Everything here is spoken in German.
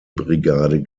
brigade